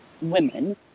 women